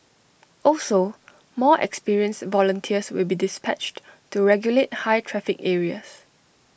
also more experienced volunteers will be dispatched to regulate high traffic areas